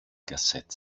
cassette